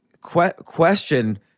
question